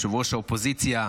ראש האופוזיציה,